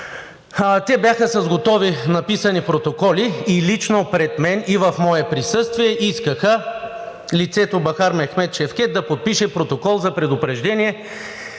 те бяха с готови написани протоколи и лично пред мен и в мое присъствие искаха лицето Бахар Мехмед Шефкед да подпише протокол за предупреждение,